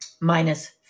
minus